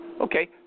Okay